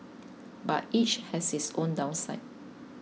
but each has its own downside